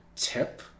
tip